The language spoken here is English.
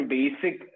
Basic